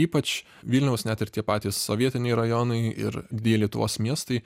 ypač vilniaus net ir tie patys sovietiniai rajonai ir didieji lietuvos miestai